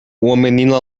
menina